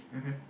mmhmm